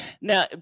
Now